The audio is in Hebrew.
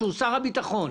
שהוא שר הביטחון,